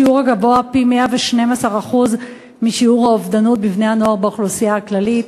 שיעור גבוה פי-112 משיעור האובדנות בקרב בני-הנוער באוכלוסייה הכללית.